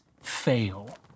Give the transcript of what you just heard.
fail